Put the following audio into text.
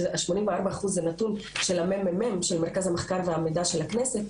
84 אחוז זה נתון של מרכז המחקר והמידע של הכנסת,